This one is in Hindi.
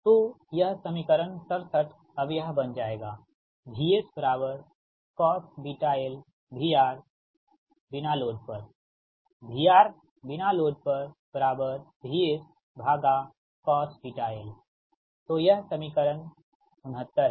तो यह समीकरण 67 अब यह बन जाएगा तो यह समीकरण 69 है